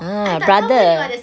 ah brother